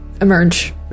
emerge